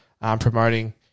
promoting